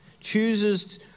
chooses